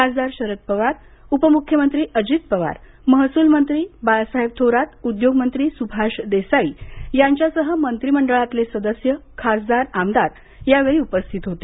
खासदार शरद पवार उपमुख्यमंत्री अजित पवार महसुलमंत्री बाळासाहेब थोरात उद्योगमंत्री सुभाष देसाई यांच्यासह मंत्रिमंडळातले सदस्य खासदार आमदार यावेळी उपस्थित होते